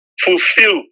fulfill